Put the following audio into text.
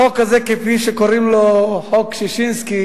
החוק הזה, כפי שקוראים לו, חוק ששינסקי,